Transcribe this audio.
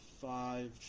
five